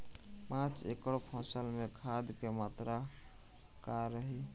पाँच एकड़ फसल में खाद के मात्रा का रही?